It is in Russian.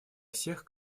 всех